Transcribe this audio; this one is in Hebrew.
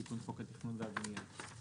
תיקון חוק התכנון והבנייה.